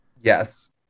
Yes